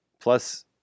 Plus